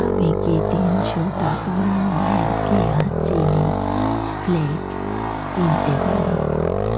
আমি কি তিনশো টাকা মূল্যের কেয়া চিলি ফ্লেক্স কিনতে পারি